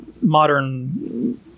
modern